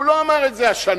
הוא לא אמר את זה השנה,